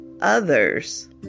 others